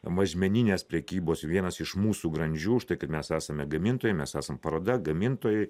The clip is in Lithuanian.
mažmeninės prekybos vienas iš mūsų grandžių užtai kad mes esame gamintojai mes esam paroda gamintojai